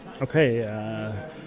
Okay